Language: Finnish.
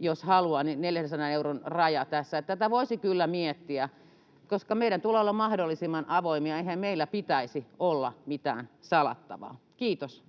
jos haluaa. On siis 400 euron raja tässä. Että tätä voisi kyllä miettiä, koska meidän tulee olla mahdollisimman avoimia. Eihän meillä pitäisi olla mitään salattavaa. — Kiitos.